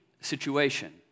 situation